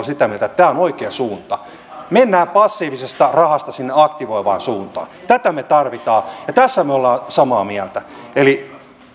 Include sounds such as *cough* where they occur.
*unintelligible* sitä mieltä että tämä on oikea suunta mennään passiivisesta rahasta sinne aktivoivaan suuntaan tätä me tarvitsemme ja tässä me olemme samaa mieltä eli